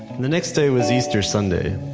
and the next day was easter sunday.